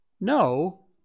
No